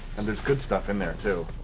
and there's good stuff in there too.